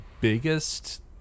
biggest